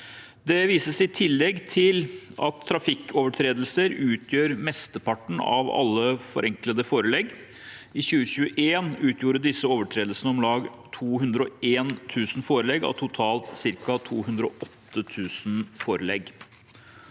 Det vises i tillegg til at trafikkovertredelser utgjør mesteparten av alle forenklede forelegg. I 2021 utgjorde disse overtredelsene om lag 201 000 forelegg av totalt ca. 208 000 forelegg.